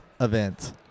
event